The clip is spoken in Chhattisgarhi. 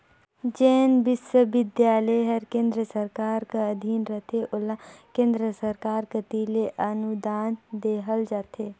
जेन बिस्वबिद्यालय हर केन्द्र सरकार कर अधीन रहथे ओला केन्द्र सरकार कती ले अनुदान देहल जाथे